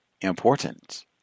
important